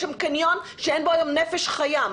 יש שם קניון שאין בו היום נפש חיה.